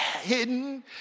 hidden